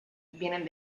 vienen